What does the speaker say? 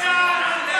אלוף בצה"ל.